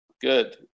Good